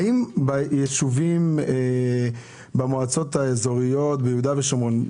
האם ביישובים במועצות האזוריות ביהודה ושומרון,